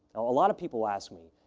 a lot of people ask me,